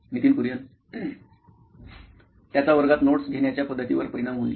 Nitin Kurian COO nine electronics त्याचा वर्गात notes घेण्याच्या पद्धतीवर परिणाम होईल